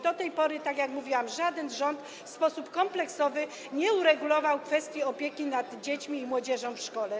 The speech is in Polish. Do tej pory, tak jak mówiłam, żaden rząd w sposób kompleksowy nie uregulował kwestii opieki nad dziećmi i młodzieżą w szkole.